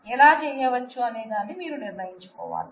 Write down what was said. ఎలా చేయవచ్చు అని మీరు నిర్ణయించుకోవాలి